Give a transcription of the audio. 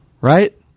Right